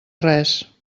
res